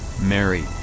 Mary